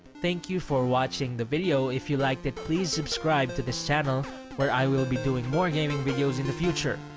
thank you for watching the video, if you liked it please subscribe to this channel where i will be doing more gaming videos in the future.